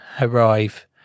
Arrive